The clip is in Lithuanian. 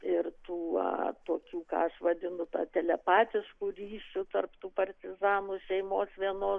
ir tu va tokių ką aš vadinu tą telepatišku ryšiu tarp tų partizanų šeimos vienos